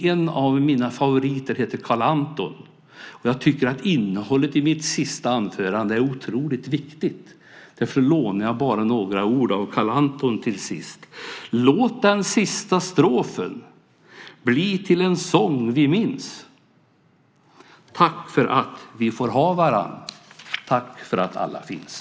En av mina favoriter heter Carl Anton. Jag tycker att innehållet i mitt sista anförande är otroligt viktigt. Därför lånar jag bara några ord av Carl Anton till sist: Låt den sista strofen bli till en sång vi minns. Tack för att vi får ha varann. Tack för att alla finns.